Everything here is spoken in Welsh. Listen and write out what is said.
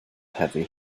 heddiw